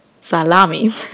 salami